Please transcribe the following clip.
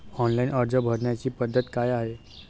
Online अर्ज भरण्याची पद्धत काय आहे?